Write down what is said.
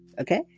okay